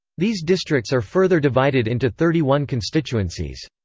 these districts are further divided into thirty one constituencies.